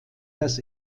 das